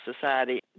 Society